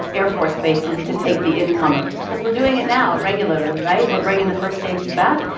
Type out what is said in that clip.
air force bases to take the incomers? because we're doing it now, regularly, right? we're bringing the first stages back,